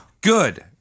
Good